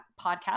podcast